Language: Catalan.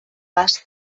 vas